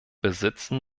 besitzen